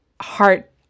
heart